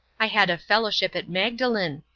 i had a fellowship at magdalen.